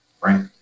right